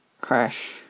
crash